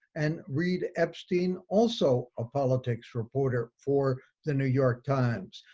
and reid epstein, also a politics reporter for the new york times.